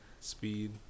Speed